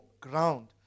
ground